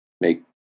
make